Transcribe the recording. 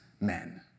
men